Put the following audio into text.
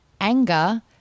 anger